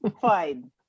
Fine